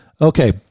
Okay